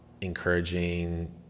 encouraging